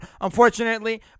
unfortunately